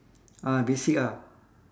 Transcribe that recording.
ah basic ah